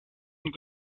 und